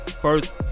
first